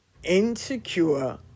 insecure